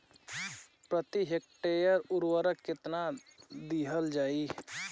प्रति हेक्टेयर उर्वरक केतना दिहल जाई?